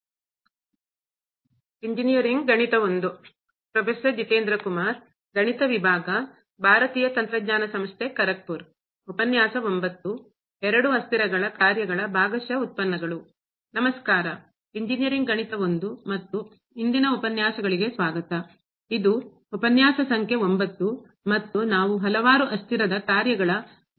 ನಮಸ್ಕಾರ ಇಂಜಿನಿಯರಿಂಗ್ ಗಣಿತ I ಮತ್ತು ಇಂದಿನ ಉಪನ್ಯಾಸಗಳಿಗೆ ಸ್ವಾಗತ ಇದು ಉಪನ್ಯಾಸ ಸಂಖ್ಯೆ 9 ಮತ್ತು ನಾವು ಹಲವಾರು ಅಸ್ಥಿರದ ಕಾರ್ಯಗಳ ಭಾಗಶಃ ಉತ್ಪನ್ನಗಳ ಬಗ್ಗೆ ಮಾತನಾಡುತ್ತೇವೆ